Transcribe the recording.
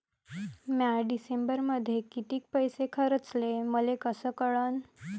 म्या डिसेंबरमध्ये कितीक पैसे खर्चले मले कस कळन?